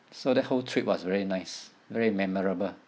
so the whole trip was very nice very memorable